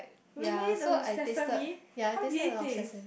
really the sesame how did it taste